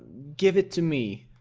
give it to me.